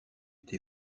été